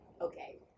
okay